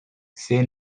say